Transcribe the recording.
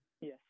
Yes